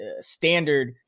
standard